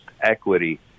equity